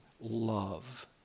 love